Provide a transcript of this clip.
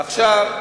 עכשיו,